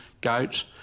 goats